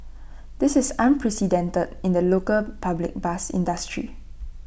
this is unprecedented in the local public bus industry